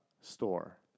store